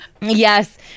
Yes